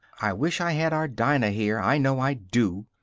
i wish i had our dinah here, i know i do!